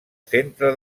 centre